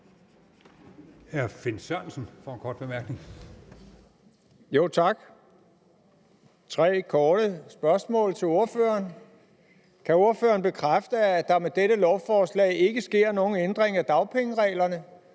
Finn Sørensen (EL): Tak. Jeg har tre korte spørgsmål til ordføreren. Kan ordføreren bekræfte, at der med dette lovforslag ikke sker nogen ændring af dagpengereglerne,